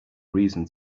reason